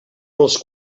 pels